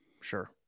Sure